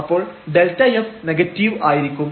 അപ്പോൾ Δf negative ആയിരിക്കും